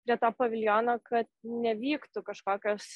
greta paviljono kad nevyktų kažkokios